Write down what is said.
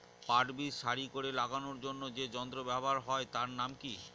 পাট বীজ সারি করে লাগানোর জন্য যে যন্ত্র ব্যবহার হয় তার নাম কি?